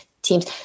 Teams